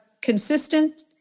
consistent